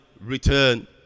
return